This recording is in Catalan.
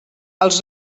els